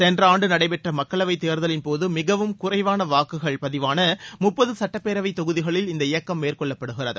சென்ற ஆண்டு நடைபெற்ற மக்களவை தேர்தலின்போது மிகவும் குறைவாள வாக்குகள் பதிவான முப்பது சட்டப்பேரவை தொகுதிகளில் இந்த இயக்கம் மேற்கொள்ளப்படுகிறது